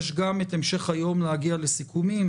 יש את המשך היום להגיע לסיכומים.